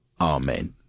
Amen